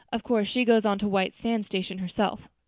of course she goes on to white sands station herself.